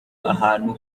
ahantu